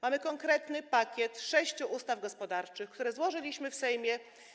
Mamy konkretny pakiet sześciu ustaw gospodarczych, które złożyliśmy w Sejmie.